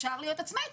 אפשר להיות עצמאית,